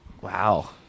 wow